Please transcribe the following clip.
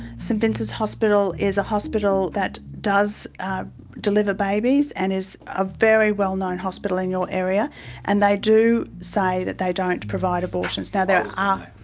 st. vincent's hospital is a hospital that does deliver babies, and is a very well known hospital in your area and they do say that they don't provide abortions, now there are.